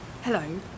Hello